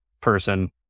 person